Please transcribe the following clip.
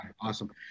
Awesome